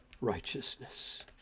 righteousness